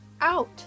out